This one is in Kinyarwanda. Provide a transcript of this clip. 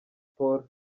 sports